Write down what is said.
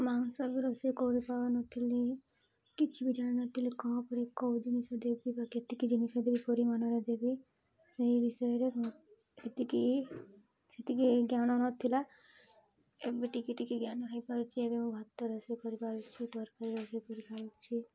ମାଂସ ବି ରୋଷେଇ କରିପାରୁ ନଥିଲି କିଛି ବି ଜାଣି ନଥିଲି କ'ଣ ଉପରେ କେଉଁ ଜିନିଷ ଦେବି ବା କେତିକି ଜିନିଷ ଦେବି ପରିମାଣରେ ଦେବି ସେହି ବିଷୟରେ ସେତିକି ସେତିକି ଜ୍ଞାନ ନଥିଲା ଏବେ ଟିକେ ଟିକେ ଜ୍ଞାନ ହେଇପାରୁଛିି ଏବେ ମୁଁ ଭାତ ରୋଷେଇ କରିପାରୁଛି ତରକାରୀ ରୋଷେଇ କରିପାରୁଛି